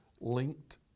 linked